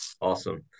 Awesome